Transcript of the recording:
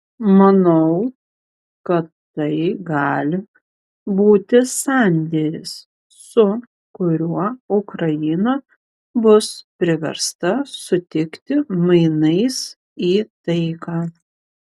manau kad tai gali būti sandėris su kuriuo ukraina bus priversta sutikti mainais į taiką